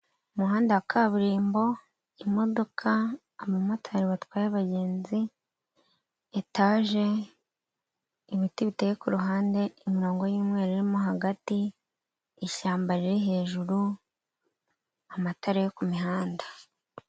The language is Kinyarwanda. Umuhanda wa kaburimbo; imodoka, abamotari batwaye abagenzi, etage, ibiti biteye kuruhande imirongo y'umweru irimo hagati, ishyamba riri hejuru amatara yo ku mihanda.